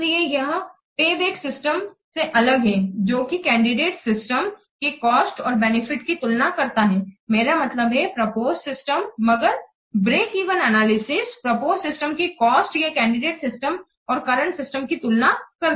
इसीलिए यह payback system से अलग है जोकि कैंडिडेट सिस्टम के कॉस्ट और बेनिफिट की तुलना करता है मेरा मतलब प्रपोज सिस्टम मगर break even analysis propose system की कॉस्ट या कैंडिडेट सिस्टम और करंट सिस्टम की तुलना करता है